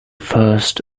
first